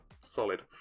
solid